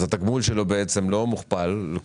התגמול שלו לא מוכפל,